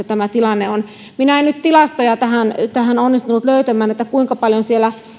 tämä tilanne varuskunnissa on minä en nyt tilastoja tähän onnistunut löytämään että kuinka paljon siellä